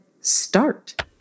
start